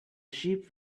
sheep